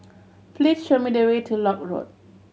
please show me the way to Lock Road